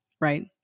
right